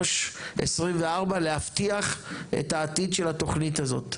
ל-2023-2024, להבטיח את העתיד של התוכנית הזאת.